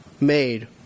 made